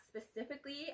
specifically